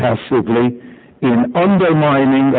passively undermining